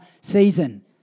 season